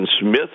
Smith